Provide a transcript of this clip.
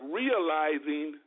realizing